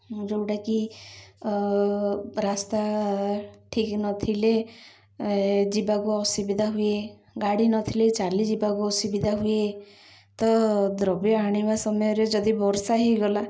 ଯେଉଁଟାକି ରାସ୍ତା ଠିକ୍ ନଥିଲେ ଯିବାକୁ ଅସୁବିଧା ହୁଏ ଗାଡ଼ି ନଥିଲେ ଚାଲିଯିବାକୁ ଅସୁବିଧା ହୁଏ ତ ଦ୍ରବ୍ୟ ଆଣିବା ସମୟରେ ଯଦି ବର୍ଷା ହୋଇଗଲା